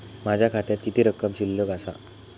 माझ्या खात्यात किती रक्कम शिल्लक आसा?